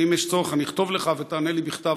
ואם יש צורך אני אכתוב לך ותענה לי בכתב,